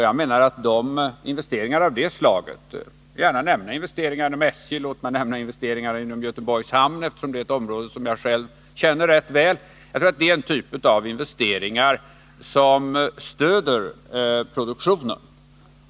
Jag kan nämna investeringarna inom SJ, eller investeringarna inom Göteborgs hamn, eftersom det är ett område jag själv känner till rätt väl. Jag tror att detta är en typ av investeringar som stöder produktionen.